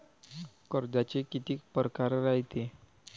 कर्जाचे कितीक परकार रायते?